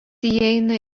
įeina